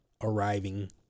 Arriving